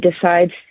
decides